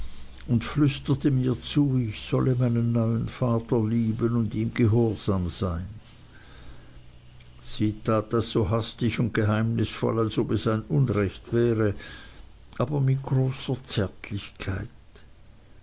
und flüsterte mir zu ich solle meinen neuen vater lieben und ihm gehorsam sein sie tat das so hastig und geheimnisvoll als ob es ein unrecht wäre aber mit großer zärtlichkeit